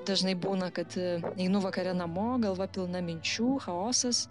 dažnai būna kad einu vakare namo galva pilna minčių chaosas